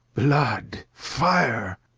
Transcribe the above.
blood! fire!